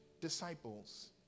disciples